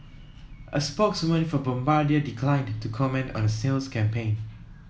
a spokeswoman for Bombardier declined to comment on a sales campaign